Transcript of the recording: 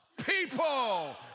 People